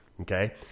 Okay